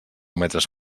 metres